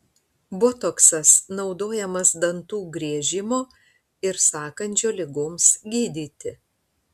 botoksas naudojamas dantų griežimo ir sąkandžio ligoms gydyti